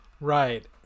Right